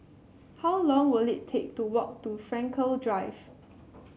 how long will it take to walk to Frankel Drive